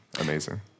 amazing